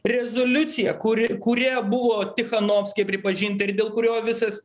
rezoliucija kuri kuria buvo tichanofskė pripažinta ir dėl kurio visas